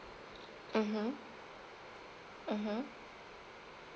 mmhmm mmhmm